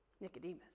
Nicodemus